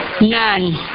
None